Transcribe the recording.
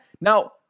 now